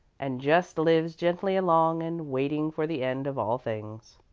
and just lives gently along and waiting for the end of all things.